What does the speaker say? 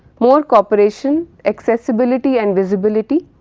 more corporation, accessibility and visibility,